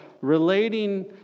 relating